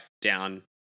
down